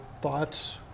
thoughts